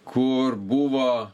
kur buvo